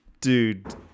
Dude